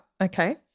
Okay